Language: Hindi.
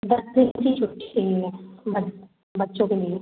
दस दिन की छुट्टी चाहिए बच्चों के लिए